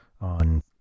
on